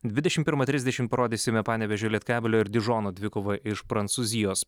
dvidešimt pirmą trisdešimt parodysime panevėžio lietkabelio ir dižono dvikovą iš prancūzijos